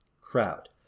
Crowd